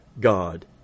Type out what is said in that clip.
God